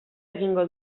egingo